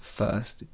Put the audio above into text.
first